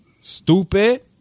Stupid